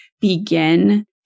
begin